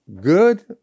good